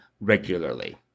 regularly